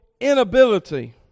inability